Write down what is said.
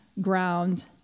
ground